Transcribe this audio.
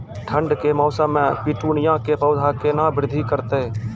ठंड के मौसम मे पिटूनिया के पौधा केना बृद्धि करतै?